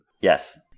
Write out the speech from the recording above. yes